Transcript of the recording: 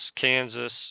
Kansas